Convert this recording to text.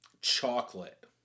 chocolate